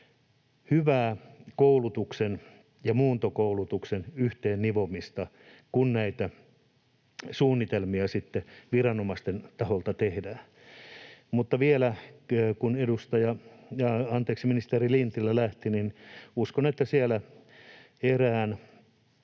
hyvää koulutuksen ja muuntokoulutuksen yhteennivomista, kun näitä suunnitelmia sitten viranomaisten taholta tehdään. Mutta vielä sanon, kun ministeri Lintilä lähti, että uskon, että erään